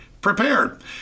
prepared